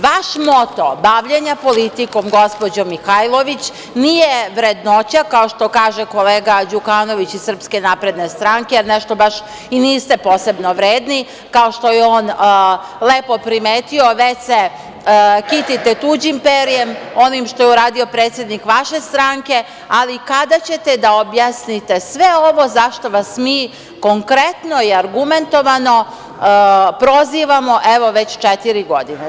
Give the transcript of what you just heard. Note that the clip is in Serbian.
Vaš moto bavljenja politikom, gospođo Mihajlović, nije vrednoća, kao što kaže kolega Đukanović iz Srpske napredne stranke, jer nešto baš i niste posebno vredni kao što je on lepo primetio, već se kitite tuđim perjem, onim što je uradio predsednik vaše stranke, ali kada ćete da objasnite sve ovo za šta vas mi konkretno i argumentovano prozivamo, evo već četiri godine?